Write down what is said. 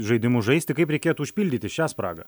žaidimus žaisti kaip reikėtų užpildyti šią spragą